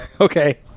Okay